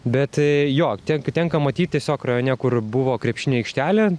bet jo ten tenka matyt tiesiog rajone kur buvo krepšinio aikštelė